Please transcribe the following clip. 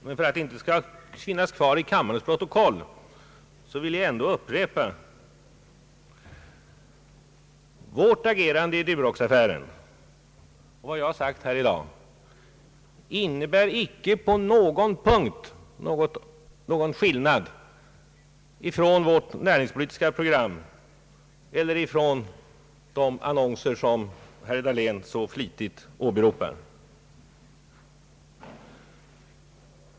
Men för att det inte skall finnas kvar i kammarens protokoll vill jag ändå upprepa: Vårt agerande i Duroxaffären och vad jag sagt här i dag innebär icke på någon punkt något avsteg från vårt näringspolitiska program eller från de annonser som herr Dahlén så flitigt åberopar.